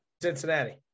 Cincinnati